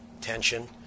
tension